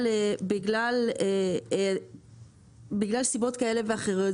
בגלל סיבות כאלה ואחרות,